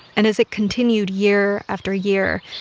and as it continued year after year,